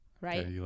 Right